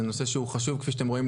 זה נושא שהוא חשוב כפי שאתם רואים,